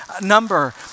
number